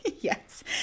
Yes